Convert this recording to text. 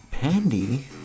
Pandy